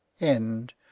End